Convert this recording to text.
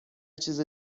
چیز